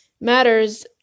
matters